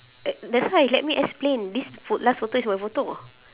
uh that's why let me explain this pho~ last photo is my photo